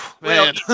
man